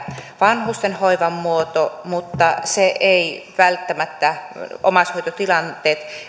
vanhustenhoivan muoto mutta välttämättä omaishoitotilanteet eivät